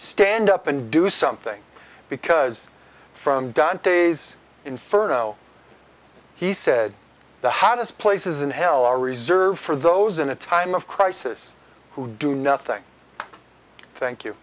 stand up and do something because from dantes inferno he said the haggis places in hell are reserved for those in a time of crisis who do nothing thank you